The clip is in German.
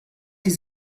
die